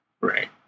Right